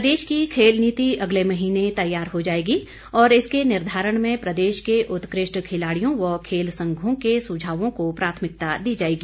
पुठानिया प्रदेश की खेल नीति अगले महीने तैयार हो जाएगी और इसके निर्धारण में प्रदेश के उत्कृष्ट खिलाड़ियों व खेल संघों के सुझावों को प्राथमिकता दी जाएगी